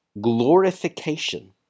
glorification